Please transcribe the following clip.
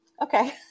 okay